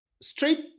straight